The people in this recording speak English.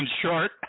short